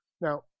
Now